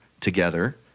together